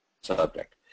subject